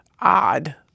odd